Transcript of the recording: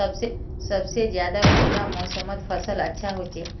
सबसे ज्यादा कुंडा मोसमोत फसल अच्छा होचे?